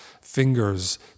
fingers